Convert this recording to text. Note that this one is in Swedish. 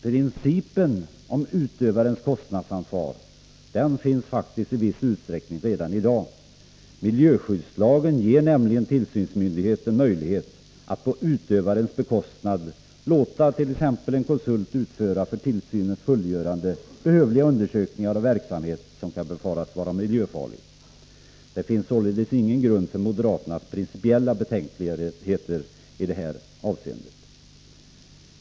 Principen om utövarens kostnadsansvar finns faktiskt i viss utsträckning redan i dag. Miljöskyddslagen ger nämligen tillsynsmyndigheten möjlighet att på utövarens bekostnad låta t.ex. en konsult utföra för tillsynens fullgörande behövliga undersökningar av verksamhet som kan befaras vara miljöfarlig. Det finns således ingen grund för moderaternas principiella betänkligheter i det här avseendet.